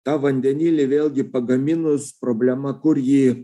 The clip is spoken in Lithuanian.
tą vandenilį vėlgi pagaminus problema kur ji